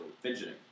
fidgeting